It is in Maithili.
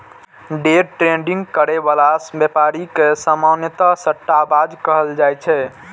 डे ट्रेडिंग करै बला व्यापारी के सामान्यतः सट्टाबाज कहल जाइ छै